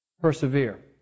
Persevere